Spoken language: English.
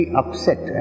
upset